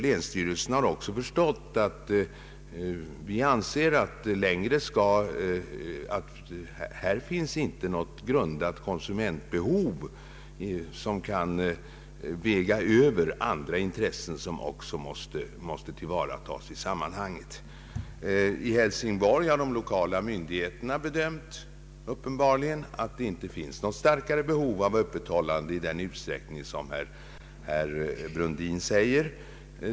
Länsstyrelsen har också förstått att vi anser att här inte finns något grundat konsumentbehov som kan väga över andra intressen vilka också måste tillvaratas i detta sammanhang. I Hälsingborg har de lokala myndigheterna uppenbarligen ansett att det inte finns något starkare behov av öppethållande i den utsträckning som herr Brundin anger.